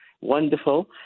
Wonderful